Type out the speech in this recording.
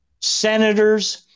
senators